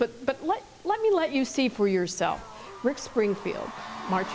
but but what let me let you see for yourself rick springfield mar